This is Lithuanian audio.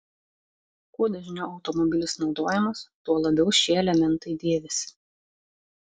kuo dažniau automobilis naudojamas tuo labiau šie elementai dėvisi